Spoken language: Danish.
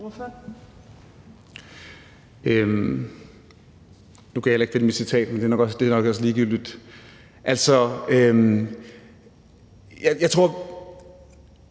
Nu kan jeg heller ikke finde mit citat, men det er nok også ligegyldigt. Jeg tror,